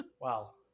wow